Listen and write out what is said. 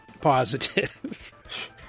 positive